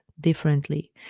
differently